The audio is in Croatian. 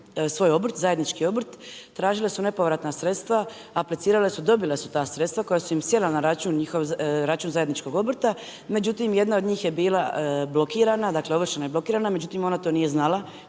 svoj obrt, zajednički obrt tražile su nepovratna sredstva, aplicirale su, dobile su ta sredstva koja su im sjela na račun njihovog zajedničkog obrta. Međutim, jedna od njih je bila blokirana, dakle ovršena i blokirana, međutim ona to nije znala,